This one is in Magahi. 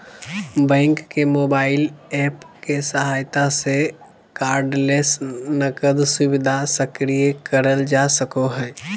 बैंक के मोबाइल एप्प के सहायता से कार्डलेस नकद सुविधा सक्रिय करल जा सको हय